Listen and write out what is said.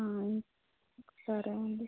సరే అండి